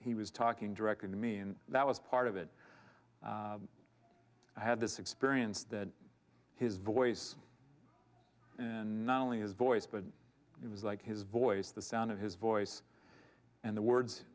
he was talking directly to me and that was part of it i had this experience that his voice and not only his voice but it was like his voice the sound of his voice and the words